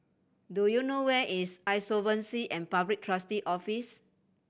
do you know where is Insolvency and Public Trustee Office